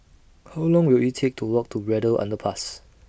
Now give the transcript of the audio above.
How Long Will IT Take to Walk to Braddell Underpass